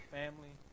family